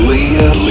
Leah